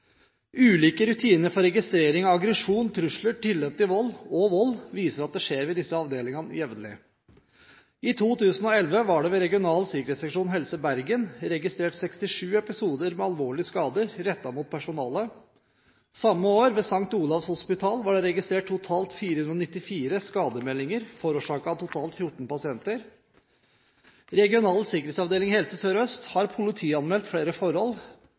Ulike rutiner for registrering av aggresjon, trusler, tilløp til vold og vold viser at det skjer ved disse avdelingene jevnlig. I 2011 var det ved Regional sikkerhetsseksjon Helse Bergen registrert 67 episoder med alvorlige skader rettet mot personalet. Samme år ved St. Olavs hospital var det registrert totalt 494 skademeldinger forårsaket av totalt 14 pasienter. Regional sikkerhetsavdeling Helse Sør-Øst har politianmeldt flere forhold,